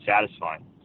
satisfying